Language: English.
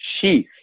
sheath